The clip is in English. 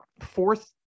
fourth